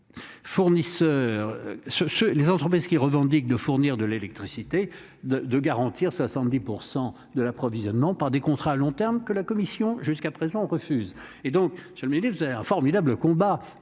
Les entreprises qui revendique de fournir de l'électricité de de garantir 70% de l'approvisionnement par des contrats à long terme que la commission jusqu'à présent on refuse et donc je lui ai dit vous avez un formidable combat